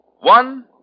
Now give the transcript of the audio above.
One